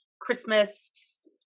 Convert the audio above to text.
Christmas